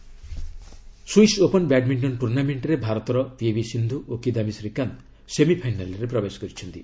badminton Swiss Open badminton ଟୁର୍ଷାମେଣ୍ଟ୍ରେ ଭାରତର ପିଭି ସିନ୍ଧୁ ଓ କିଦାୟୀ ଶ୍ରୀକାନ୍ତ ସେମିଫାଇନାଲ୍ରେ ପ୍ରବେଶ କରିଛନ୍ତି